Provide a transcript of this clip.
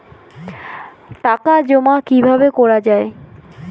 টাকা জমা কিভাবে করা য়ায়?